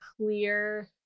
clear